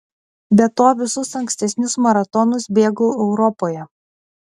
be to visus ankstesnius maratonus bėgau europoje